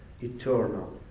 eternal